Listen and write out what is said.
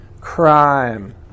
crime